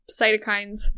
cytokines